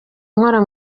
nkora